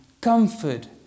comfort